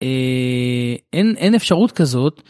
א... אין אין אפשרות כזאת.